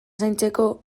zaintzeko